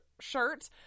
shirt